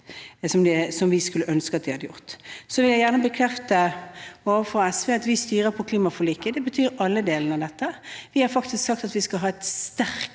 som vi skulle ønske at de hadde gjort. Så vil jeg gjerne bekrefte overfor SV at vi styrer etter klimaforliket, og det betyr alle delene av dette. Vi har faktisk sagt at vi skal ha en sterkere